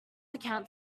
account